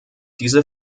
diese